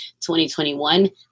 2021